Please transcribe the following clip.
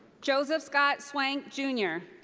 joseph scott swank jr.